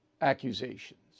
accusations